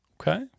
Okay